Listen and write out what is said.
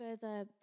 Further